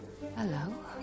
Hello